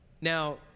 Now